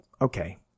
okay